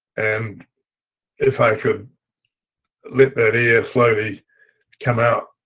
and if i could let that air slowly come out